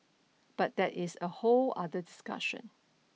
but that is a whole other discussion